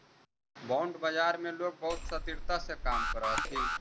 bond बाजार में लोग बहुत शातिरता से काम करऽ हथी